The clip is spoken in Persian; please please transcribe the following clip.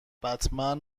بتمن